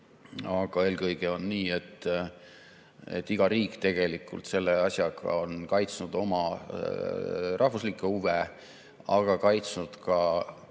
Aga eelkõige on nii, et iga riik tegelikult selle asjaga on kaitsnud oma rahvuslikke huve, aga kaitsnud ka